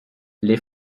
les